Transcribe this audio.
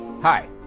Hi